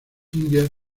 indias